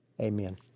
amen